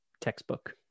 textbook